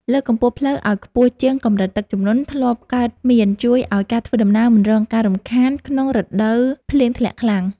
លើកកម្ពស់ផ្លូវឱ្យខ្ពស់ជាងកម្រិតទឹកជំនន់ធ្លាប់កើតមានជួយឱ្យការធ្វើដំណើរមិនរងការរំខានក្នុងរដូវភ្លៀងធ្លាក់ខ្លាំង។